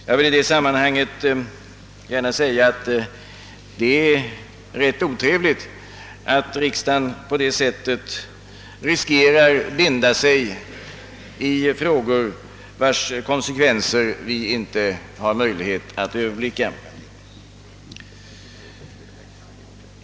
Jag vill i det sammanhanget gärna säga att det är ganska otrevligt att riksdagen på det sättet riskerar att binda sig genom beslut vilkas konsekvenser vi inte har möjlighet att överblicka.